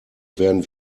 werden